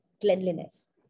cleanliness